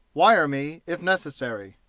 wire me if necessary.